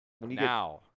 Now